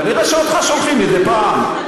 כנראה אותך שולחים מדי פעם,